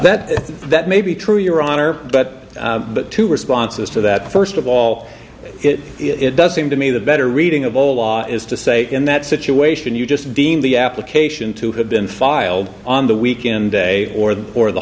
that that may be true your honor but but two responses to that first of all it does seem to me the better reading of all law is to say in that situation you just deem the application to have been filed on the weekend day or the or the